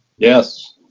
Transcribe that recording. yes.